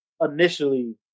initially